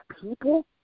people